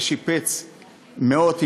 ושיפץ מאות,